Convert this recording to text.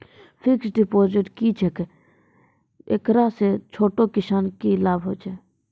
Fixed deposit की छिकै, एकरा से छोटो किसानों के की लाभ छै?